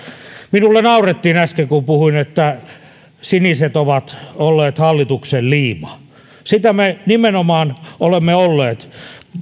minulle naurettiin äsken kun puhuin että siniset ovat olleet hallituksen liima sitä me nimenomaan olemme olleet